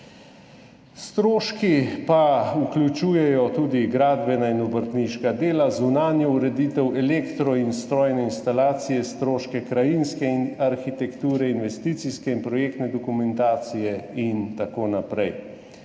Stroški pa vključujejo tudi gradbena in obrtniška dela, zunanjo ureditev, elektro in strojne inštalacije, stroške krajinske arhitekture, investicijske in projektne dokumentacije in tako naprej.